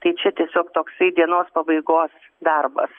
tai čia tiesiog toksai dienos pabaigos darbas